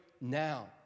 now